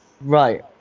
Right